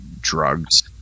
drugs